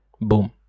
boom